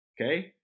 okay